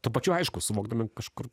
tuo pačiu aišku suvokdami kažkur